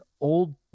old